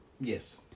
Yes